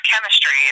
chemistry